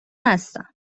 هستم